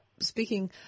speaking